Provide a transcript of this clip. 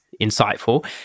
insightful